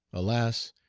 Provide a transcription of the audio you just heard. alas!